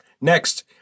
Next